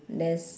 there's